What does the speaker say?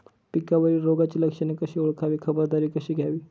पिकावरील रोगाची लक्षणे कशी ओळखावी, खबरदारी कशी घ्यावी?